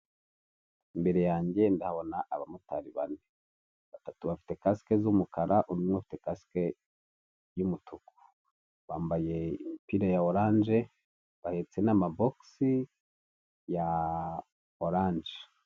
Imbere yanjye ndahabona abamotari bane, batatu bafite kasike z'umukara, umwe afite kasike y'umutuku. Bambaye imipira ya oranje, bahetse n'amabogisi ya oranje.